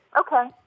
Okay